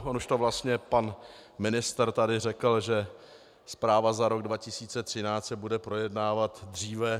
On už to vlastně pan ministr tady řekl, že zpráva za rok 2013 se bude projednávat dříve.